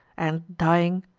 and, dying,